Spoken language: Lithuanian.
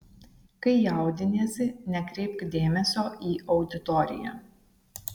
kai jaudiniesi nekreipk dėmesio į auditoriją